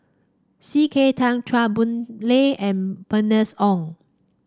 C K Tang Chua Boon Lay and Bernice Ong